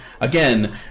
again